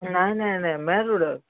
ନାଇଁ ନାଇଁ ନାଇଁ ମେନ୍ ରୋଡ଼ରେ ଅଛେ